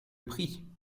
prit